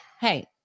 Hey